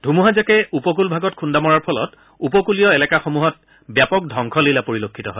ধুমুহাজাকে উপকূলভাগত খুন্দা মৰাৰ ফলত উপকূলীয় এলেকাসমূহত ব্যাপক ধবংসলীলা পৰিলক্ষিত হয়